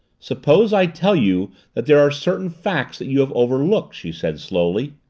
suppose i tell you that there are certain facts that you have overlooked? she said slowly.